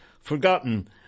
Forgotten